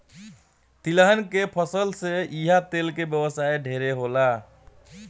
तिलहन के फसल से इहा तेल के व्यवसाय ढेरे होला